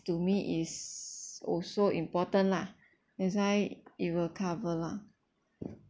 to me is also important lah that's why it will cover lah